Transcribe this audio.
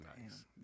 nice